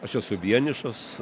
aš esu vienišas